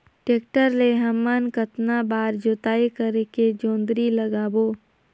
Tractor ले हमन कतना बार जोताई करेके जोंदरी लगाबो?